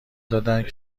دادند